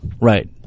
Right